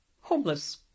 Homeless